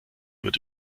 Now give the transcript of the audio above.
wird